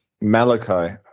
Malachi